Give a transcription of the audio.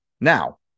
Now